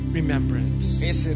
remembrance